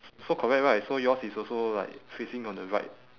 s~ so correct right so yours is also like facing on the right